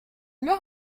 meurt